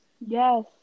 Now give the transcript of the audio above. Yes